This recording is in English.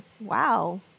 Wow